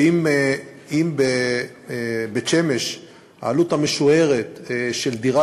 שאם בבית-שמש העלות המשוערת של דירה